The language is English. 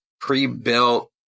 pre-built